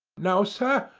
no, sir,